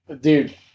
Dude